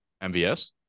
MVS